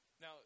Now